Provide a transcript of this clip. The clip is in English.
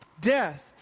Death